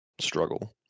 struggle